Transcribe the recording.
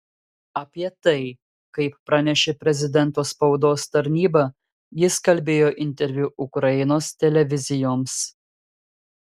apie tai kaip pranešė prezidento spaudos tarnyba jis kalbėjo interviu ukrainos televizijoms